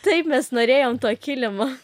taip mes norėjom to kilimo